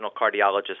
cardiologist